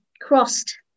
crossed